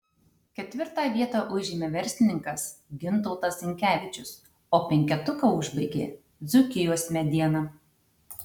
ketvirtą vietą užėmė verslininkas gintautas zinkevičius o penketuką užbaigė dzūkijos mediena